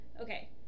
okay